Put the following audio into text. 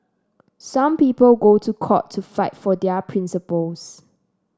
some people go to court to fight for their principles